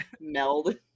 meld